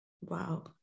Wow